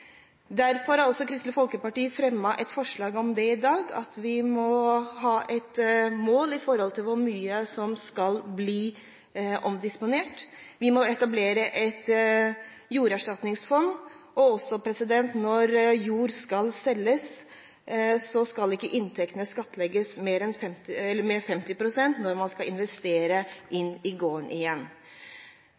Derfor har Kristelig Folkeparti i dag fremmet et forslag om at vi må ha et mål i forhold til hvor mye som skal bli omdisponert. Vi må etablere et jorderstatningsfond, og når jord skal selges, skal ikke inntektene skattlegges med 50 pst. når man skal investere inn i gården igjen.